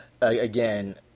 again